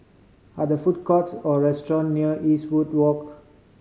are there food courts or restaurants near Eastwood Walk